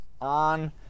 on